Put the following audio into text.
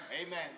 Amen